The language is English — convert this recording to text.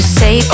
say